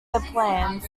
plans